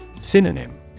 synonym